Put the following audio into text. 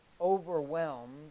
overwhelmed